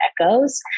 echoes